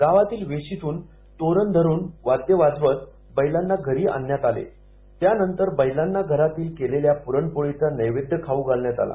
गावच्या वेशीतुन तोरण धरुन वाद्य वाजवत बैलांना घरी आणले त्यानंतर बैलांना घरी केलेल्या पुरणपोळीचा नैवेद्य खाऊ घालण्यात आला